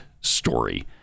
story